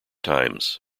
times